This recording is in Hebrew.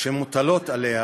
שמוטלות עליה